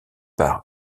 par